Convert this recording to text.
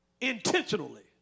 Intentionally